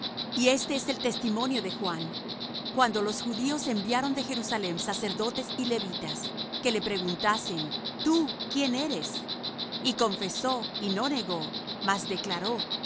y éste es el testimonio de juan cuando los judíos enviaron de jerusalem sacerdotes y levitas que le preguntasen tú quién eres y confesó y no negó mas declaró